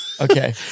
okay